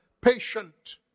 patient